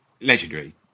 legendary